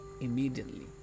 immediately